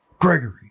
Gregory